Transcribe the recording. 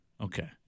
okay